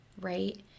right